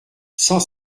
cent